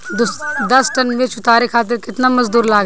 दस टन मिर्च उतारे खातीर केतना मजदुर लागेला?